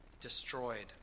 destroyed